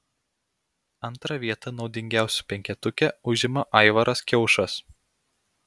antrą vietą naudingiausių penketuke užima aivaras kiaušas